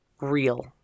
real